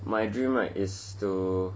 my dream right is to